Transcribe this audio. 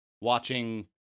watching